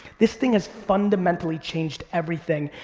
this thing has fundamentally changed everything.